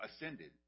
ascended